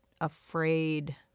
afraid